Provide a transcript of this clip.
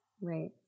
Right